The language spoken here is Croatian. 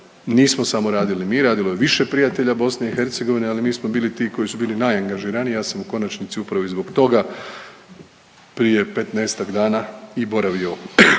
nismo samo radili mi, radilo je više prijatelja BiH, ali mi smo bili ti koji su bili najangažiraniji, ja sam u konačnici upravo i zbog toga prije 15-tak dana i boravio